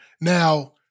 Now